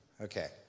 Okay